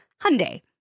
Hyundai